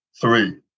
Three